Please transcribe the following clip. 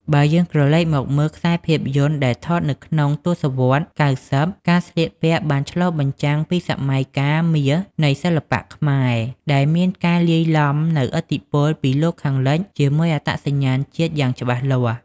បើយើងក្រឡេកមកមើលខ្សែភាពយន្តដែលថតនៅក្នុងទស្សវត្ស៦០ ការស្លៀកពាក់បានឆ្លុះបញ្ចាំងពីសម័យកាលមាសនៃសិល្បៈខ្មែរ ដែលមានការលាយឡំនូវឥទ្ធិពលពីលោកខាងលិចជាមួយអត្តសញ្ញាណជាតិយ៉ាងច្បាស់លាស់។